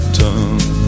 tongue